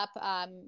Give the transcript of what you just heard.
up